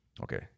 Okay